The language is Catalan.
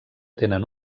tenen